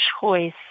choice